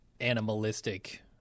animalistic